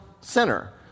center